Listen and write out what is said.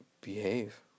behave